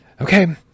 okay